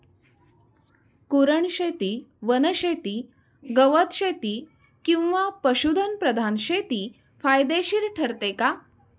कुरणशेती, वनशेती, गवतशेती किंवा पशुधन प्रधान शेती फायदेशीर ठरते का?